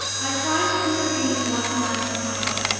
i tried to intervene one last time.